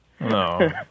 No